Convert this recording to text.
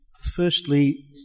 firstly